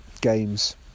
games